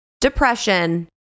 depression